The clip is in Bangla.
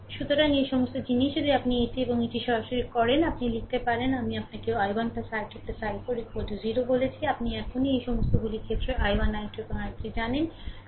সুতরাং এই সমস্ত জিনিস যদি আপনি এটি এবং এটি সরাসরি করেন আপনি লিখতে পারেন আমি আপনাকে i1 i2 i4 0 বলেছি আপনি এখন এই সমস্তগুলির ক্ষেত্রে i1 i2 এবং i3 জানেন